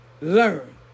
Learn